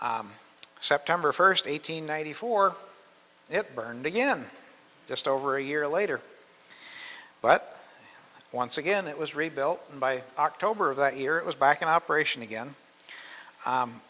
september first eight hundred ninety four it burned again just over a year later but once again it was rebuilt by october of that year it was back in operation again